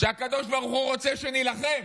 שהקדוש ברוך הוא רוצה שנילחם.